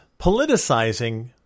politicizing